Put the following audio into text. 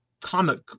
comic